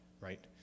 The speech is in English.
right